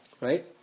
Right